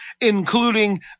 including